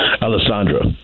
Alessandra